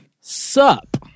sup